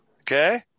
Okay